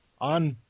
on-